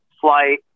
flight